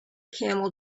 camel